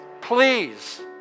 please